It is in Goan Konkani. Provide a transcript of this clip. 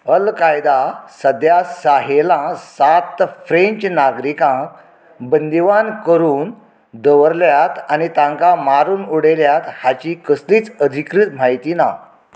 अल कायदा सध्या साहेलां सात फ्रेंच नागरिकांक बंदिवान करून दवरल्यात आनी तांकां मारून उडयल्यात हाची कसलची अधिकृत म्हायती ना